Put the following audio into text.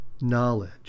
knowledge